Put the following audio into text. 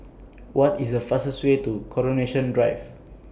What IS The fastest Way to Coronation Drive